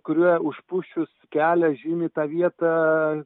kurie užpusčius kelią žymi tą vietą